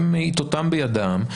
עתותיהם בידם,